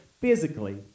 physically